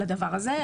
לדבר הזה.